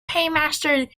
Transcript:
paymaster